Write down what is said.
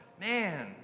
Man